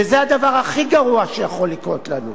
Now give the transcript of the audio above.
וזה הדבר הכי גרוע שיכול לקרות לנו.